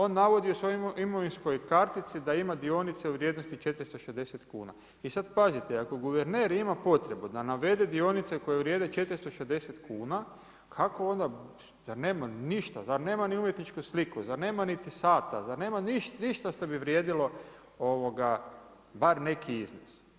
On ima, on navodi u svojoj imovinskoj kartici da ima dionice u vrijednosti 460 kuna i sad pazite, ako guverner ima potrebu da navede dionice koje vrijede 460 kuna kako onda, zar nema ništa, zar nema ni umjetničku sliku, zar nema niti sata, zar nema ništa što bi vrijedilo bar neki iznos.